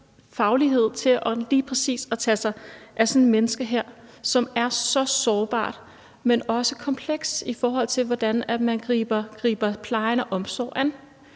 faglighed til lige præcis at tage sig af sådan et menneske her, som er så sårbart, men også komplekst, i forhold til hvordan man griber plejen og omsorgen an.